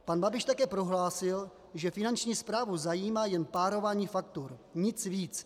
Pan Babiš také prohlásil, že Finanční správu zajímá jen párování faktur, nic víc.